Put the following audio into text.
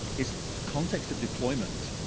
is context of deployment.